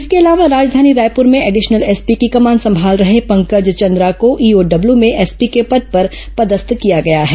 इसके अलावा राजधानी रायपुर में एडिशनल एसपी की कमान संभाल रहे पंकज चंद्रा को ईओडब्ल्यू में एसपी के पद पर पदस्थ किया गया है